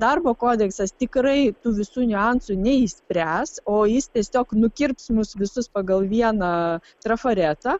darbo kodeksas tikrai tų visų niuansų neišspręs o jis tiesiog nukirps mus visus pagal vieną trafaretą